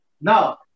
now